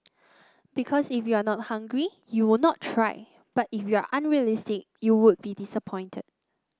because if you are not hungry you would not try but if you are unrealistic you would be disappointed